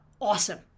awesome